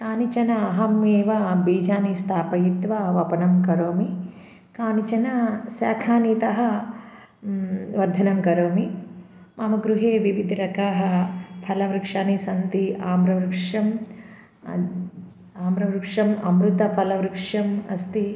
कानिचन अहमेव बीजानि स्थापयित्वा वपनं करोमि कानिचन शाकानीतः वर्धनं करोमि मम गृहे विविधः रकाः फलवृक्षाणि सन्ति आम्रवृक्षं त् आम्रवृक्षम् अमृतफलवृक्षम् अस्ति